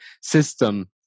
system